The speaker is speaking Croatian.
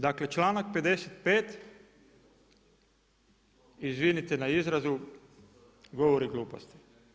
Dakle članak 55. izvinite na izrazu, govori gluposti.